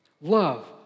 Love